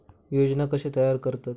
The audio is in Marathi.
योजना कशे तयार करतात?